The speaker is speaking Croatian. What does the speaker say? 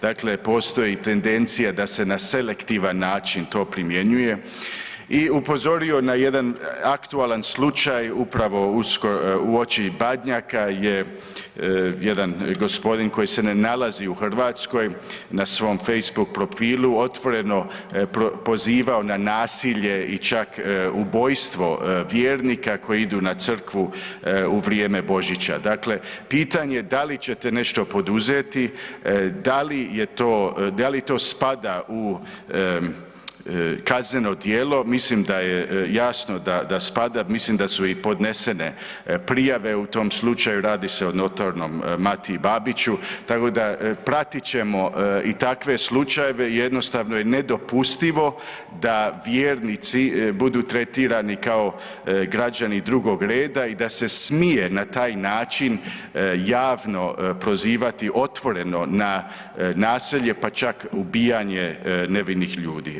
Dakle postoji tendencija da se na selektivan način to primjenjuje i upozorio na jedan aktualan slučaj, upravo uoči Badnjaka je jedan gospodin koji se ne nalazi u Hrvatskoj na svom Facebook profilu otvoreno pozivao na nasilje i čak ubojstvo vjernika koji idu u crkvu u vrijeme Božića, dakle pitanje je da li ćete nešto poduzeti, da li to spada kazneno djelo, mislim da je jasno da spada, mislim da su i podnesene prijave u tom slučaju, radi se o notornom Matiji Babiću, tako da pratit ćemo i takve slučajeve, jednostavno je nedopustivo da vjernici budu tretirani kao građani drugog reda i da se smije na taj način javno prozivati otvoreno na nasilje pa čak ubijanje nevinih ljudi.